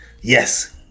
yes